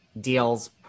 deals